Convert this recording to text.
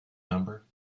number